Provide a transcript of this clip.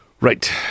Right